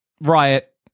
Riot